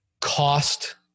cost